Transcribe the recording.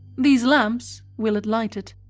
these lamps willett lighted,